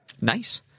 Nice